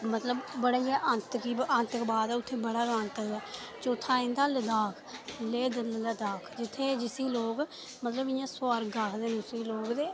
बड़ा गै आंतकवाद ऐ उत्थें बड़ा गै आंतकी ऐ चौथा आई जंदा लद्दाख लेह् लद्दाख जिसी लोक मतलब कि स्वर्ग आखदे न लोक